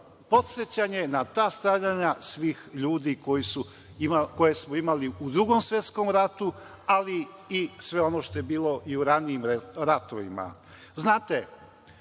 podsećanje na ta stradanja svih ljudi koje smo imali u Drugom svetskom ratu, ali i sve ono što je bilo i u ranijim ratovima. Znate,